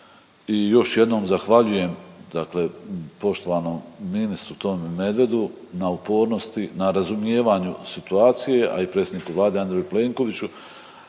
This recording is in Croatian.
još jednom zahvaljujem dakle poštovanom ministru Tomi Medvedu na upornosti, na razumijevanju situacija, a i predsjedniku Vlade Andreju Plenkoviću